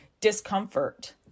discomfort